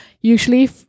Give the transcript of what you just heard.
Usually